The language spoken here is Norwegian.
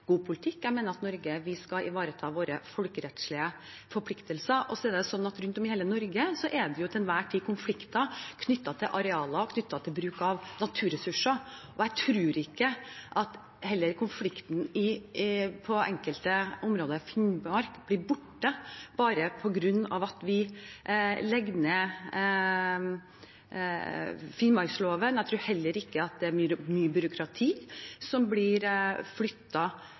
god politikk. Jeg mener at Norge skal ivareta sine folkerettslige forpliktelser. Rundt om i hele Norge er det til enhver tid konflikter knyttet til arealer, knyttet til bruk av naturressurser, og jeg tror ikke at konflikter i enkelte områder i Finnmark blir borte bare på grunn av at vi avvikler Finnmarksloven. Jeg tror heller ikke at det er mye byråkrati som blir